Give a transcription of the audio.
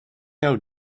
know